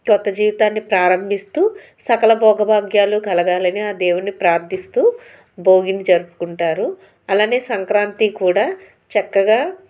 కొత్త జీవితాన్ని ప్రారంభిస్తూ సకల భోగభాగ్యాలు కలగాలని ఆ దేవుని ప్రార్థిస్తూ భోగిని జరుపుకుంటారు అలానే సంక్రాంతి కూడా చక్కగా